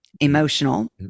emotional